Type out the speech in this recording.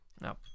no